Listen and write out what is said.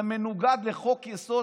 זה מנוגד לחוק-יסוד: